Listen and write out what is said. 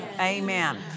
Amen